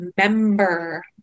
remember